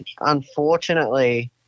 unfortunately